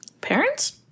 parents